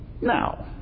Now